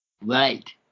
right